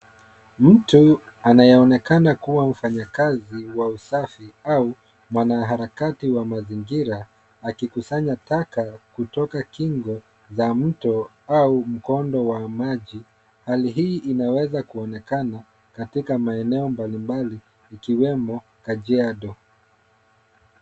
Mtu anayeonekana kuwa wa mfanyakazi wa usafi au mwanaharakati wa mazingira akikusanya taka kutoka kingo za mto au mkondo wa maji. Hali hii inaeza kuonekana katika maeneo mbali mbali, ikiwemo kajiado.